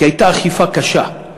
כי הייתה אכיפה קשה.